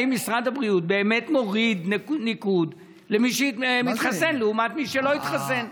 האם משרד הבריאות באמת מוריד ניקוד למי שהתחסן לעומת מי שלא התחסן.